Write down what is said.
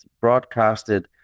broadcasted